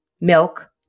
milk